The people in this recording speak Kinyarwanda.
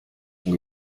ngo